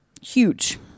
huge